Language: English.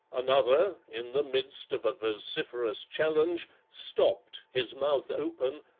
another, in the midst of a vociferous challenge, stopped, his mouth open,